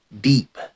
Deep